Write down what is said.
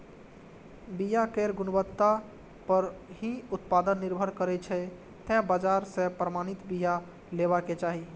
बिया केर गुणवत्ता पर ही उत्पादन निर्भर करै छै, तें बाजार सं प्रमाणित बिया लेबाक चाही